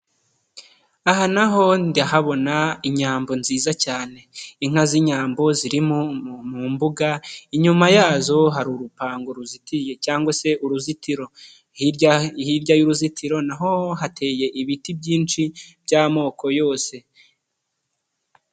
Aha naho ndahabona inyambo nziza cyane, inka z'inyambo ziri mu mbuga, inyuma yazo hari urupangu ruzitiye, cyangwa se uruzitiro. Hirya y'uruzitiro, naho hateye ibiti byinshi by'amoko yose.